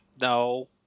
No